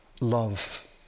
love